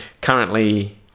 Currently